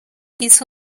isso